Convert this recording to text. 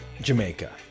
Jamaica